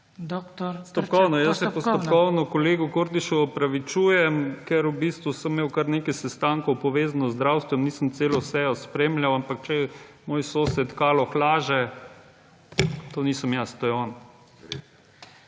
Postopkovno. Jaz se postopkovno kolegu Kordišu opravičujem, ker v bistvu sem imel kar nekaj sestankov povezanih z zdravstvom, nisem celo sejo spremljal, ampak, če moj sosed Kaloh laže, to nisem jaz, to je on.